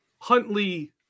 Huntley